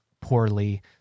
poorly